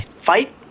Fight